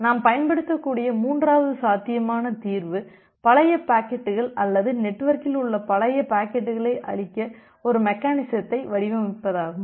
நாம் பயன்படுத்தக்கூடிய மூன்றாவது சாத்தியமான தீர்வு பழைய பாக்கெட்டுகள் அல்லது நெட்வொர்க்கில் உள்ள பழைய பாக்கெட்டுகளை அழிக்க ஒரு மெக்கெனிசத்தை வடிவமைப்பதாகும்